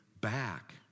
back